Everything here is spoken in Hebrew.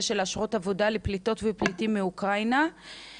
של אשרות עבודה לפליטות ופליטים מאוקראינה.